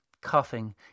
coughing